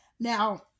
Now